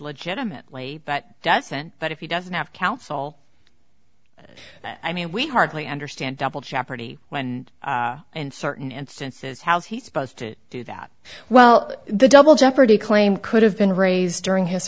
legitimately but doesn't but if he doesn't have counsel i mean we hardly understand double jeopardy when and certain instances how's he supposed to do that well the double jeopardy claim could have been raised during his